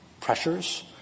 pressures